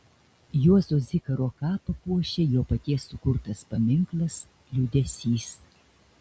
juozo zikaro kapą puošia jo paties sukurtas paminklas liūdesys